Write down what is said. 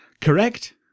correct